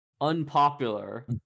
unpopular